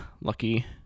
lucky